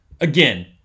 Again